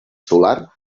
solar